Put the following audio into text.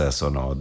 sono